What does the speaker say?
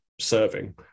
serving